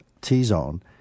T-Zone